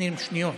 20 שניות.